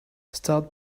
start